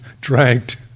dragged